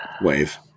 Wave